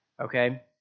okay